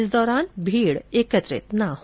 इस दौरान भीड़ एकत्रित नहीं हो